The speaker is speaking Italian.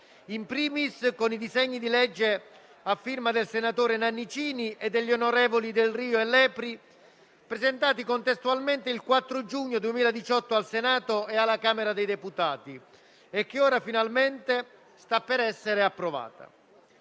*in primis* con i disegni di legge a firma del senatore Nannicini e degli onorevoli Del Rio e Lepri, presentati contestualmente il 4 giugno 2018 al Senato e alla Camera dei deputati e che ora finalmente sta per essere approvata.